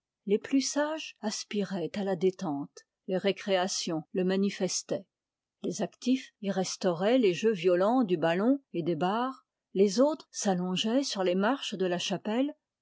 les plus sages aspiraient à la détente les récréations le manifestaient les actifs y restauraient les jeux violents du ballon et des barres les autres s'allongeaient sur les marches de la chapelle